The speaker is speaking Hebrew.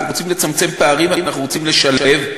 אנחנו רוצים לצמצם פערים ואנחנו רוצים לשלב,